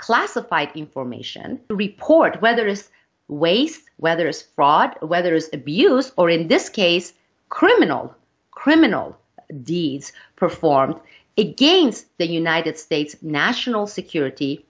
classified information report whether it's waste whether is fraud whether is abuse or in this case criminal criminal deeds performed against the united states national security